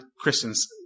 Christians